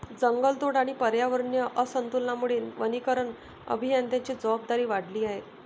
जंगलतोड आणि पर्यावरणीय असंतुलनामुळे वनीकरण अभियंत्यांची जबाबदारी वाढली आहे